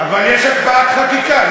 אבל יש הקפאת חקיקה,